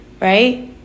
right